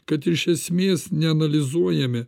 kad iš esmės neanalizuojami